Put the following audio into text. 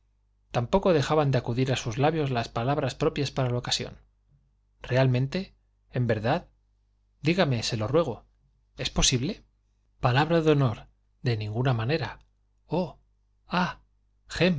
tampoco dejaban de acudir a sus labios las palabras propias para la ocasión realmente en verdad dígame se lo ruego es posible palabra de honor de ninguna manera oh ah